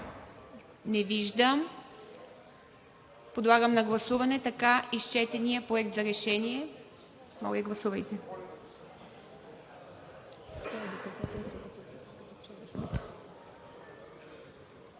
Не виждам. Подлагам на гласуване така изчетения Проект за решение. Гласували